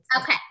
Okay